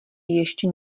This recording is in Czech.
ještě